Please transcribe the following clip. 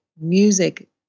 Music